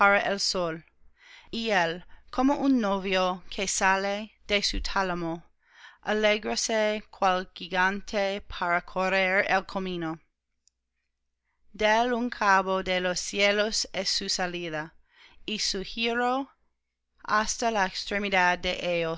el sol y él como un novio que sale de su tálamo alégrase cual gigante para correr el camino del un cabo de los cielos es su salida y su giro hasta la extremidad